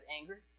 anger